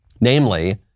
Namely